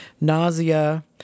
Nausea